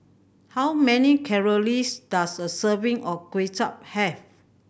how many calories does a serving of Kway Chap have